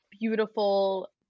beautiful